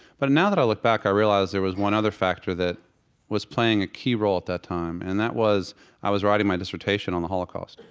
but now that i look back, i realize there was one other factor that was playing a key role at that time, and that was i was writing my dissertation on the holocaust